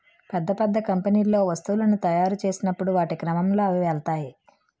పెద్ద పెద్ద కంపెనీల్లో వస్తువులను తాయురు చేసినప్పుడు వాటి క్రమంలో అవి వెళ్తాయి